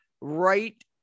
right